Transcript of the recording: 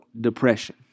depression